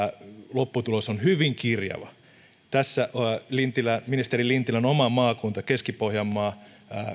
lopputulos on hyvin kirjava tässä ministeri lintilän oma maakunta keski pohjanmaa